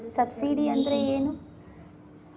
Subsidy ಅಂದ್ರೆ ಏನು?